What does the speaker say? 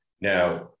Now